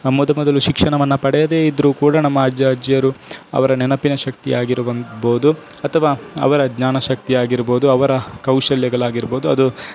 ಮೊದ ಮೊದಲು ಶಿಕ್ಷಣವನ್ನು ಪಡೆಯದೇ ಇದ್ದರೂ ಕೂಡ ನಮ್ಮ ಅಜ್ಜ ಅಜ್ಜಿಯರು ಅವರ ನೆನಪಿನ ಶಕ್ತಿಯಾಗಿರ್ಬೋದು ಅಥವಾ ಅವರ ಜ್ಞಾನ ಶಕ್ತಿಯಾಗಿರ್ಬೋದು ಅವರ ಕೌಶಲ್ಯಗಳಾಗಿರ್ಬೋದು ಅದು